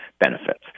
benefits